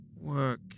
work